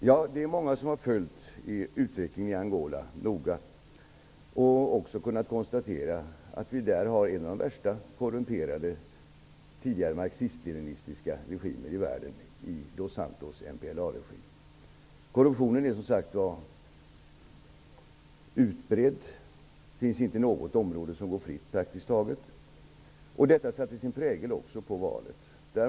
Herr talman! Många människor har följt utvecklingen i Angola noga och kunnat konstatera att Dos Santos MPLA-regim är en av de värst korrumperade tidigare marxistleninistiska regimer i världen. Korrumptionen är utbredd. Det finns praktiskt taget inte något område som går fritt. Detta satte sin prägel också på valet.